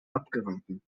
abgeraten